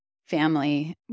family